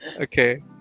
okay